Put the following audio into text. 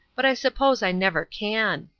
but i suppose i never can.